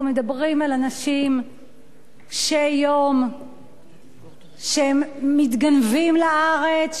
אנחנו מדברים על אנשים קשי-יום שמתגנבים לארץ,